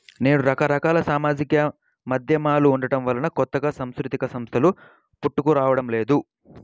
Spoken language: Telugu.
నేడు రకరకాల సామాజిక మాధ్యమాలు ఉండటం వలన కొత్తగా సాంస్కృతిక సంస్థలు పుట్టుకురావడం లేదు